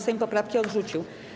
Sejm poprawki odrzucił.